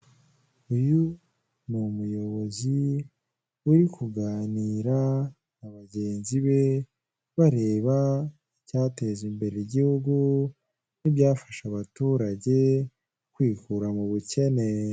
Akazu gasize irangi risa umuhondo mu imbere harimo icyapa gisa umuhondo, cyanditseho momo peyi, kigaragaza serivisi yo kwishyura amafaranga mu buryo bworoshye, hifashishijwe ikoranabuhanga rya momo peyi.